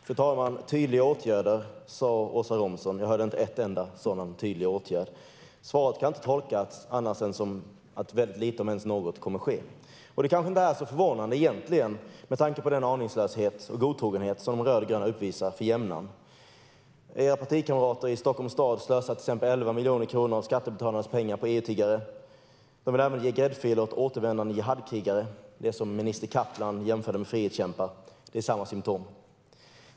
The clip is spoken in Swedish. Fru talman! Tydliga åtgärder, sa Åsa Romson. Jag hörde inte om en enda tydlig åtgärd. Svaret kan inte tolkas annat än som att väldigt lite, om ens något, kommer att ske. Det kanske inte är så förvånande egentligen, med tanke på den aningslöshet och godtrogenhet som de rödgröna uppvisar för jämnan. Era partikamrater i Stockholms stad slösar till exempel 11 miljoner kronor av skattebetalarnas pengar på EU-tiggare. De vill även ge gräddfiler åt återvändande Jihadkrigare - dem som minister Kaplan jämförde med frihetskämpar. Det är samma symtom.